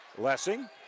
Lessing